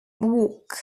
walk